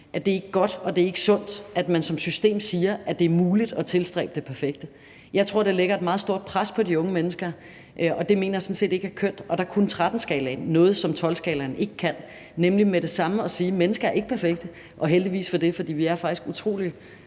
at det hverken er godt eller sundt, at man som system siger, at det er muligt at tilstræbe det perfekte. Jeg tror, det lægger et meget stort pres på de unge mennesker, og det mener jeg sådan set ikke er kønt. Der kunne 13-skalaen noget, som 12-skalaen ikke kan, nemlig med det samme at sige: Mennesker er ikke perfekte. Heldigvis for det, for vi er faktisk utrolig